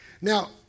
Now